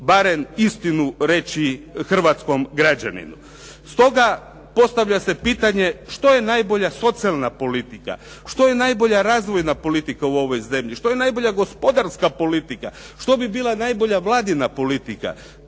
barem istinu reći hrvatskom građaninu. Stoga postavlja se pitanje što je najbolja socijalna politika? Što je najbolja razvojna politika u ovoj zemlji? Što je najbolja gospodarska politika? Što bi bila najbolja Vladina politika?